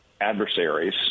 adversaries